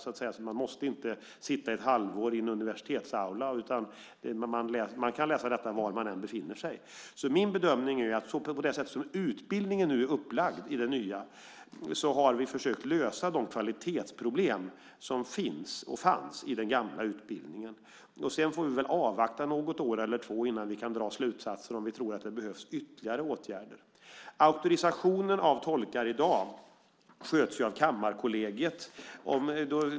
Man måste därför inte sitta ett halvår i en universitetsaula, utan man kan läsa detta var man än befinner sig. Min bedömning är att på det sätt som utbildningen nu är upplagd har vi försökt lösa de kvalitetsproblem som fanns i den gamla utbildningen. Sedan får vi väl avvakta något år eller två innan vi kan dra slutsatser om vi tror att det behövs ytterligare åtgärder. Auktorisationen av tolkar i dag sköts av Kammarkollegiet.